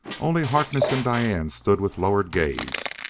only harkness and diane stood with lowered gaze,